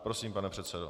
Prosím, pane předsedo.